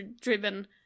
driven